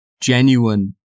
genuine